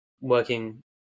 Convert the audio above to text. working